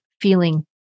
feeling